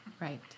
right